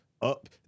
up